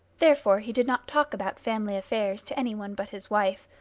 therefore he did not talk about family affairs to any one but his wife,